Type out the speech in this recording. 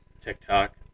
TikTok